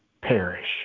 perish